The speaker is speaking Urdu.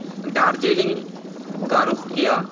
دارجلنگ کا رخ کیا